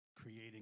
creating